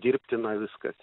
dirbtina viskas